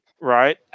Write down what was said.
right